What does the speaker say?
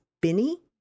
Binny